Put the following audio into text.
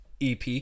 EP